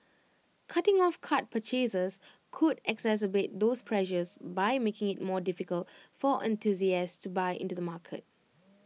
cutting off card purchases could exacerbate those pressures by making IT more difficult for enthusiasts to buy into the market